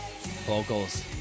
vocals